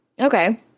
Okay